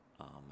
Amen